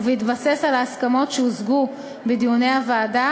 ובהתבסס על ההסכמות שהושגו בדיוני הוועדה